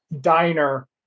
diner